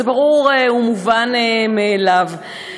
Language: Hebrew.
זה ברור ומובן מאליו.